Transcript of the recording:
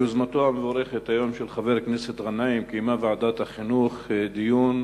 ביוזמתו המבורכת של חבר הכנסת גנאים קיימה היום ועדת החינוך דיון